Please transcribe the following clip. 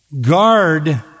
Guard